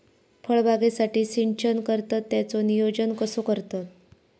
फळबागेसाठी सिंचन करतत त्याचो नियोजन कसो करतत?